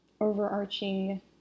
overarching